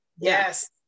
Yes